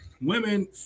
women